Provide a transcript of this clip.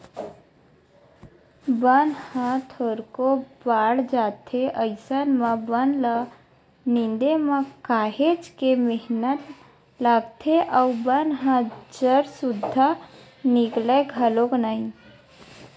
बन ह थोरको बाड़ जाथे अइसन म बन ल निंदे म काहेच के मेहनत लागथे अउ बन ह जर सुद्दा निकलय घलोक नइ